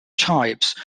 types